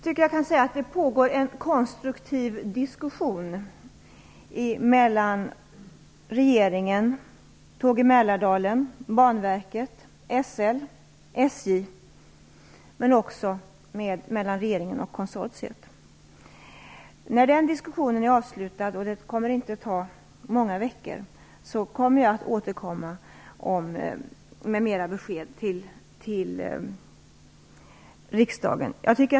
Herr talman! Det pågår en konstruktiv diskussion mellan regeringen, Tåg i Mälardalen, Banverket, SL och SJ men också mellan regeringen och konsortiet. När den diskussionen är avslutad, vilket inte kommer att ta många veckor, återkommer jag med mer besked till riksdagen.